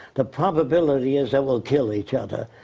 the probability is that we'll kill each other.